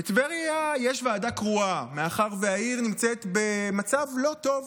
בטבריה יש ועדה קרואה מאחר שהעיר נמצאת במצב לא טוב.